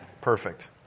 Perfect